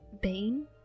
Bane